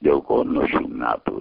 dėl ko nuo šių metų